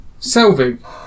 Selvig